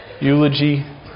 eulogy